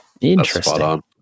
interesting